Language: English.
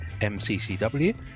MCCW